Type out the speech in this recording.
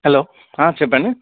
hello చెప్పండి